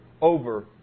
over